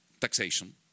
taxation